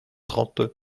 trente